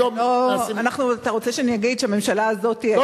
היום, לא, אתה רוצה שאני אגיד שהממשלה הזאת, ?